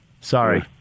Sorry